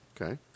Okay